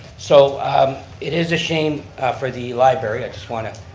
so it is a shame for the library. i just want to